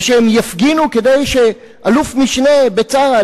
והן יפגינו כדי שאלוף-משנה בצה"ל,